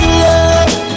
love